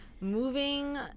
Moving